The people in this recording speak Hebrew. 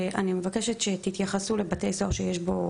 אני מבקשת שתתייחסו לבתי סוהר שיש בהם